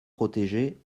protégés